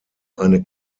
eine